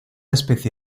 especie